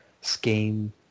scheme